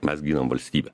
mes ginam valstybę